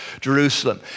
Jerusalem